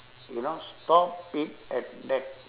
you know stop it at that